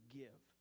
give